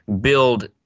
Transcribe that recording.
build